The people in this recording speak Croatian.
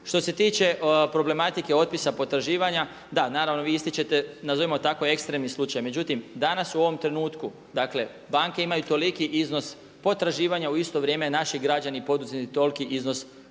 Što se tiče problematike otpisa potraživanja, da naravno vi ističete, nazovimo tako ekstremni slučaj. Međutim, danas u ovom trenutku, dakle banke imaju toliki iznos potraživanja, u isto vrijeme naši građani i poduzetnici toliki iznos dugovanja